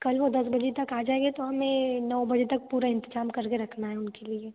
कल वाे दस बजे तक आ जाएंगे तो हमें नौ बजे तक पूरा इंतजाम करके रखना है उनके लिए